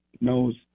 knows